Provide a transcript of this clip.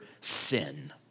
sin